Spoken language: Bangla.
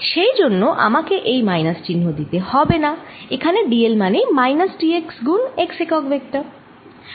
সেই জন্য আমাকে এই মাইনাস চিহ্ন দিতে হবেনা এখানে dl মানেই মাইনাস dx গুণ x একক ভেক্টর